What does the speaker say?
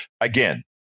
Again